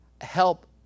help